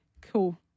Cool